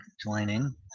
joining